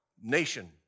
nation